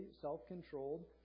self-controlled